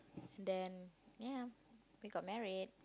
and then ya we got married